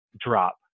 drop